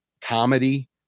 comedy